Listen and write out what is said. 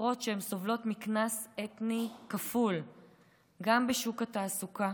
מספרות שהן סובלות מקנס אתני כפול גם בשוק התעסוקה.